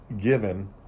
given